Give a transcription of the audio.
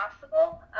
possible